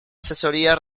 asesoría